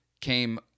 Came